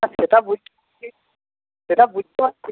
হ্যাঁ সেটা বুঝতে সেটা বুঝতে পারছি